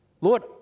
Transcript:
Lord